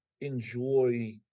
enjoy